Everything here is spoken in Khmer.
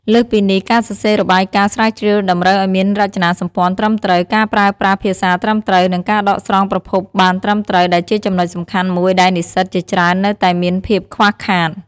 លើសពីនេះ ការសរសេររបាយការណ៍ស្រាវជ្រាវតម្រូវឱ្យមានរចនាសម្ព័ន្ធត្រឹមត្រូវ ការប្រើប្រាស់ភាសាត្រឹមត្រូវ និងការដកស្រង់ប្រភពបានត្រឹមត្រូវ ដែលជាចំណុចសំខាន់មួយដែលនិស្សិតជាច្រើននៅតែមានភាពខ្វះខាត។